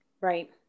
Right